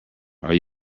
are